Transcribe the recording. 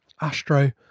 Astro